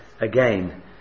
Again